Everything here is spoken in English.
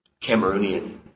Cameroonian